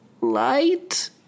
light